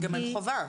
גם אין חובה.